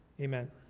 Amen